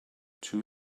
two